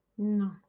No